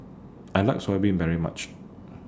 I like Soya Bean very much